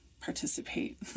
participate